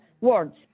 Words